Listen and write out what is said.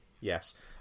Yes